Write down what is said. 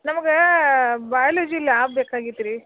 ನಮ್ಗೆ biology lab ಬೇಕಾಗಿತ್ತು ರೀ